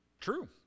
true